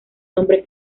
nombre